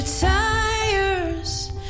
Tires